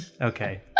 Okay